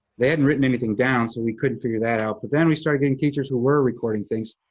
they hadn't written anything down, so we couldn't figure that out. but then we started getting teachers who were recording things,